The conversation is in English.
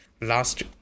last